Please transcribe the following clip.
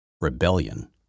rebellion